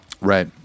Right